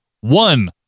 one